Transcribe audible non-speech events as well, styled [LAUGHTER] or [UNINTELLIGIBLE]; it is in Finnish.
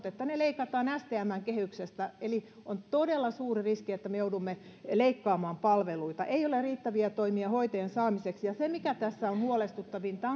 [UNINTELLIGIBLE] että ne leikataan stmn kehyksestä eli on todella suuri riski että me joudumme leikkaamaan palveluita ei ole riittäviä toimia hoitajien saamiseksi ja se mikä tässä on huolestuttavinta [UNINTELLIGIBLE]